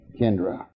Kendra